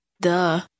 Duh